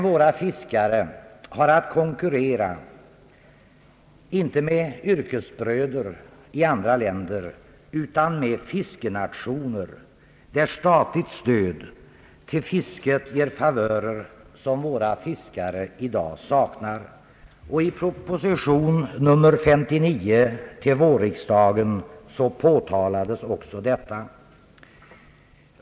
Våra fiskare har att konkurrera inte med yrkesbröder i andra länder utan med fiskenationer, där statligt stöd till fisket ger favörer som våra fiskare i dag saknar. I proposition 59 till detta års vårriksdag påtalades också detta.